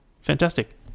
Fantastic